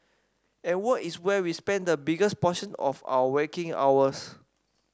and work is where we spend the biggest portion of our waking hours